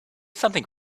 something